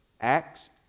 Acts